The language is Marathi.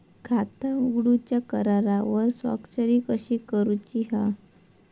खाता उघडूच्या करारावर स्वाक्षरी कशी करूची हा?